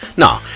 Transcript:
No